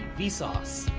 vsauce.